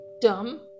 dumb